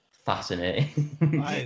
Fascinating